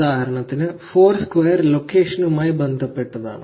ഉദാഹരണത്തിന് ഫോർസ്ക്വയർ ലൊക്കേഷനുമായി ബന്ധപ്പെട്ടതാണ്